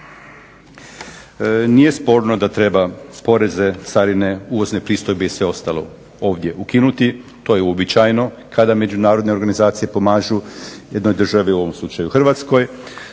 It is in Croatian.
Nije sporno da treba poreze carine, uvozne pristojbe i sve ostalo ovdje ukinuti, to je uobičajeno kada međunarodne organizacije pomažu jednoj državi u ovom slučaju Hrvatskoj,